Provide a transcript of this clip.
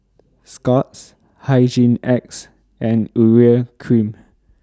Scott's Hygin X and Urea Cream